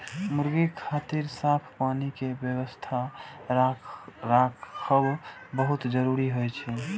मुर्गी खातिर साफ पानी के व्यवस्था राखब बहुत जरूरी होइ छै